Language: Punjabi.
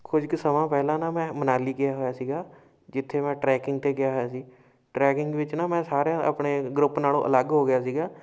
ਕੁਝ ਕੁ ਸਮਾਂ ਪਹਿਲਾਂ ਨਾ ਮੈਂ ਮਨਾਲੀ ਗਿਆ ਹੋਇਆ ਸੀਗਾ ਜਿੱਥੇ ਮੈਂ ਟਰੈਕਿੰਗ 'ਤੇ ਗਿਆ ਹੋਇਆ ਸੀ ਟਰੈਕਿੰਗ ਵਿੱਚ ਨਾ ਮੈਂ ਸਾਰਿਆਂ ਆਪਣੇ ਗਰੁੱਪ ਨਾਲੋਂ ਅਲੱਗ ਹੋ ਗਿਆ ਸੀਗਾ